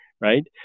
Right